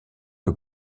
que